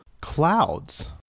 Clouds